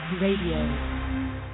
Radio